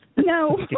No